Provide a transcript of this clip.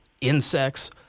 insects